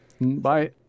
bye